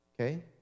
okay